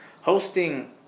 hosting